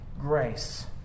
grace